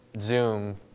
Zoom